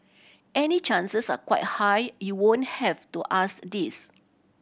any chances are quite high you won't have to ask this